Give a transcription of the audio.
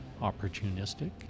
opportunistic